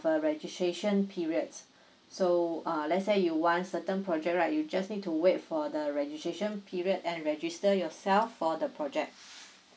a registration period so ah let's say you want certain project right you just need to wait for the registration period and register yourself for the project